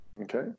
Okay